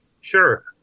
Sure